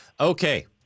Okay